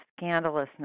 scandalousness